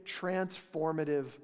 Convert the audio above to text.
transformative